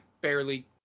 barely